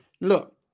look